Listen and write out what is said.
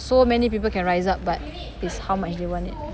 so many people can rise up but it's how much they want it